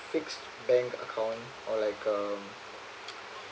fixed bank account or like a